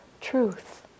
truth